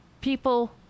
People